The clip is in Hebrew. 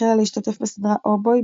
החלה להשתתף בסדרה "או-בוי",